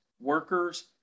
workers